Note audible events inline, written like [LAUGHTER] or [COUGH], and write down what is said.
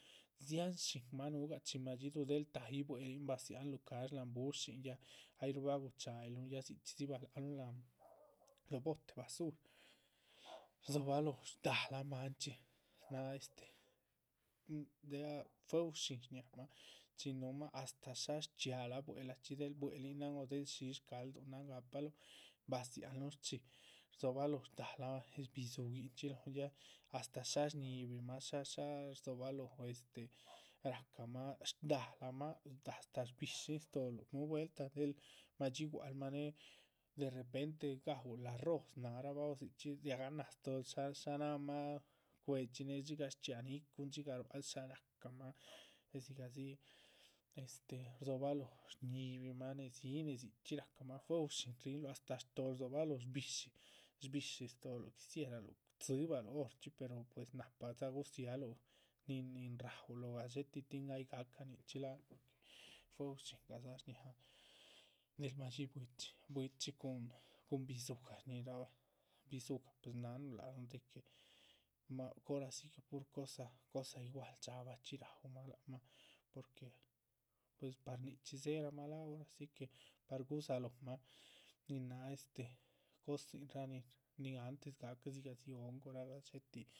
Dzihan shinmah nuhugah del madxiduh del ta´yih buelhin badzihanluh cash láhan bushín, ya ayruh baguchayiluhun, dzichxí dzi balahaluhn lóho bote basura. rdzobaloho shdálah manchxí, nin náh este [UNINTELLIGIBLE] ya este fuehú shín shñámah, chin núhumah astáh shásh shchxiáñah buelhachxí del buelhin náhan. o del shish shcaldunahan gapaluh, basiáhanluh shchxí, rdzobaloho shdálahmah bidzuguinchxi lóhon astáh shásh shñíhibimah shásh rdzobalóho rahcamah shdálamah,. astáh shbi´shin stóolhnúh vueltah del madxi gualmah née derrepente gaúl arroz, náharabah o dzichxí riaganah stóol shá náhamah cuéhchxi ne dxigah shchxiáha. ni´cun née dxigah shá rahcamah né dzigah dzi este rdzobalóho shñibimah nedzí nedzichxí racahmah fuehu shí rinluh astáh stóol rdzobaloho shbi´shi, shbi´shi. stóoluh tzibah luh horchxí pero pues napadza gudzíaluh nin nin raúluh gadxétih tin ay gahca nichxí láha porque fuehu shíngadza shñáhan del ma´dxi bwichi, biwchi cun. bidzugah shñíhirabah, bidzugah pues nanuh de que ma hora si que pur cosa igual dxaabahchxí raúmah lac mah, porque pues par nichxí dzéheramah lác hora si que par gudzalóhomah. nin náha este cosinraa nin nin antes gahca dzigahdzi hongora gadxétih